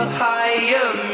higher